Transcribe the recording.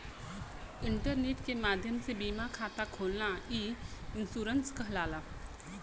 internet के माध्यम से बीमा खाता खोलना ई इन्शुरन्स कहलाला